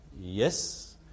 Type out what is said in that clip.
yes